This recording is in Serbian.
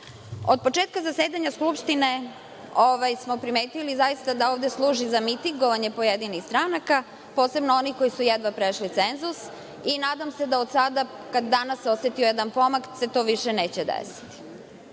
Od početka zasedanja Skupštine smo primetili zaista da ona služi za mitingovanje pojedinih stranaka, posebno onih koje su jedva prešle cenzus. Nadam se da od sada kada se danas osetio jedan pomak se to više neće